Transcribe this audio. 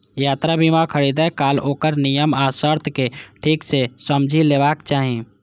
यात्रा बीमा खरीदै काल ओकर नियम आ शर्त कें ठीक सं समझि लेबाक चाही